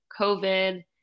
COVID